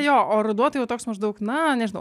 jo o ruduo tai jau toks maždaug na nežinau